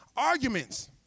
Arguments